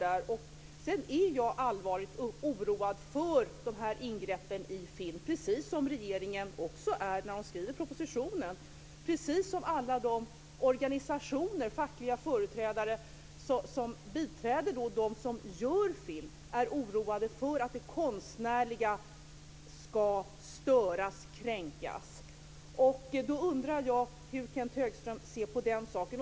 Jag är allvarligt oroad över ingreppen i film, precis som regeringen är i propositionen och alla organisationer och fackliga företrädare som biträder dem som gör film är för att det konstnärliga ska störas eller kränkas. Hur ser Kenth Högström på den saken?